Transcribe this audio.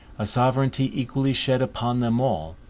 a sovereignty equally shed upon them all,